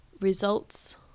results